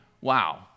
wow